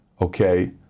okay